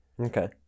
okay